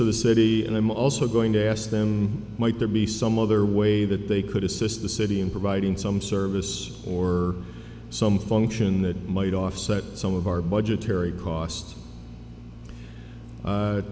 to the city and i'm also going to ask them might there be some other way that they could assist the city in providing some service or some function that might offset some of our budgetary cost